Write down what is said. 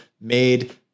made